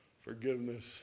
forgiveness